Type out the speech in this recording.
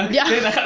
ya